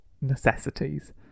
necessities